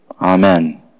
Amen